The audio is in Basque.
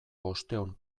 bostehun